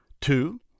Two